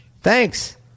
Thanks